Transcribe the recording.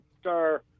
star